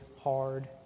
hard